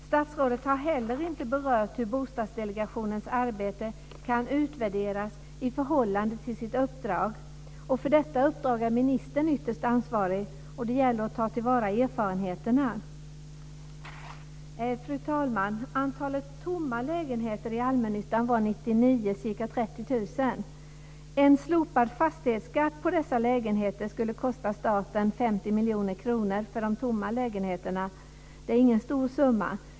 Statsrådet har inte heller berört hur Bostadsdelegationens arbete kan utvärderas i förhållande till dess uppdrag. För detta uppdrag är ministern ytterst ansvarig. Det gäller att ta till vara erfarenheterna. Fru talman! Antalet tomma lägenheter i allmännyttan var 1999 ca 30 000. En slopad fastighetsskatt på dessa tomma lägenheter skulle kosta staten 50 miljoner kronor. Det är ingen stor summa.